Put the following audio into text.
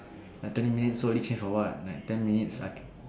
like thirty minutes so early change for what like ten minutes I can